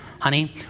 honey